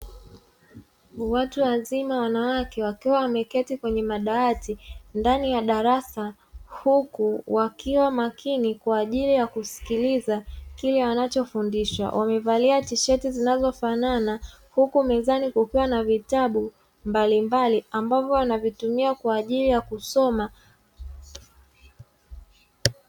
Watu wazima wanawake, wakiwa wameketi kwenye madawati ndani ya darasa, huku wakiwa makini kwa ajili ya kusikiliza kile wanachofundishwa. Wamevalia tisheti zinazofanana, huku mezani kukiwa na vitabu mbalimbali ambavyo wanavitumia kwa ajili ya kusoma.